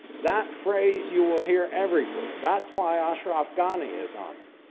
that phrase you will hear everywhere. that's why, ashraf ghani is on it.